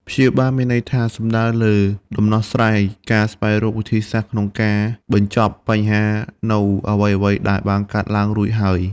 ព្យាបាលមានន័យថា សំដៅលើដំណោះស្រាយ ការស្វែងរកវិធីសាស្ត្រក្នុងការបញ្ចប់បញ្ហានូវអ្វីៗដែលបានកើតឡើងរួចហើយ។